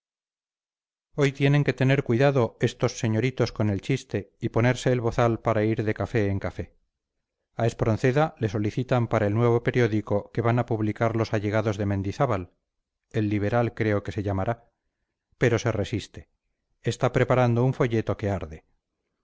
hoy tienen que tener cuidado esos señoritos con el chiste y ponerse el bozal para ir de café en café a espronceda le solicitan para el nuevo periódico que van a publicar los allegados de mendizábal el liberal creo que se llamará pero se resiste está preparando un folleto que arde